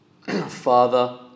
Father